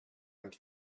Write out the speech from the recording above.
ens